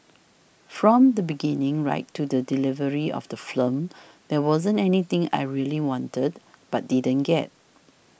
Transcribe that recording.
from the beginning right to the delivery of the film there wasn't anything I really wanted but didn't get